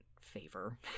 favor